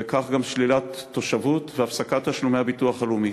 וכך גם שלילת תושבות והפסקת תשלומי הביטוח הלאומי.